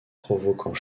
provoquant